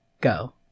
go